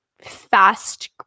fast